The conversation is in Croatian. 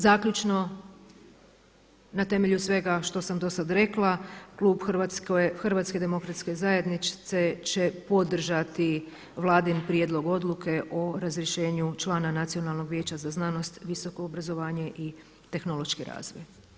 Zaključno, na temelju svega što sam do sada rekla, klub HDZ-a će podržati Vladin Prijedlog odluke o razrješenju člana Nacionalnog vijeća za znanost, visoko obrazovanje i tehnološki razvoj.